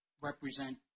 represent